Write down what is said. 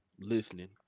listening